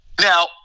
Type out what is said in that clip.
Now